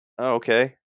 Okay